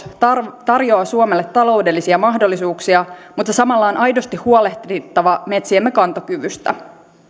tarjoaa tarjoaa suomelle taloudellisia mahdollisuuksia mutta samalla on aidosti huolehdittava metsiemme kantokyvystä